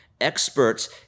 experts